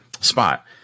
spot